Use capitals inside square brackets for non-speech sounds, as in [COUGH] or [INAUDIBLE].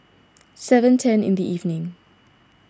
[NOISE] seven ten in the evening